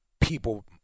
people